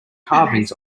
carvings